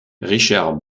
richard